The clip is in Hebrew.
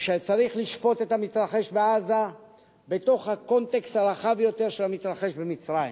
שצריך לשפוט את המתרחש בעזה בתוך הקונטקסט הרחב יותר של המתרחש במצרים.